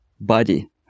body